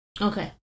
Okay